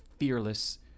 fearless